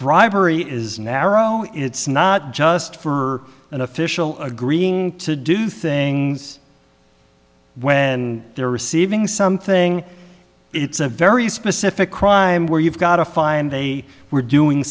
bribery is narrow it's not just for an official agreeing to do things when they're receiving something it's a very specific crime where you've got to find they were doing